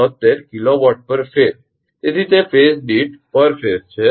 73 𝑘𝑊𝑝ℎ𝑎𝑠𝑒 તેથી તે ફેઝ દીઠ છે